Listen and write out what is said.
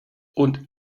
und